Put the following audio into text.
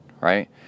right